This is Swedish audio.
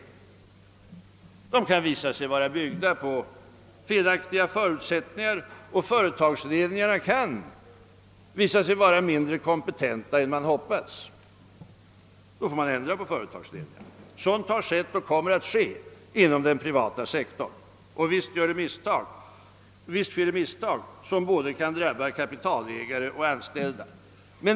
Planerna kan visa sig vara byggda på felaktiga förutsättningar och företagsledningarna kan visa sig vara mindre kompetenta än man hoppats. Då får man ändra på företagsledningarna. Sådant har skett och kommer att ske inom den privata sektorn. Visst sker det misstag där som kan drabba både kapitalägare och enskilda.